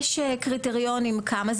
יש קריטריונים כמה,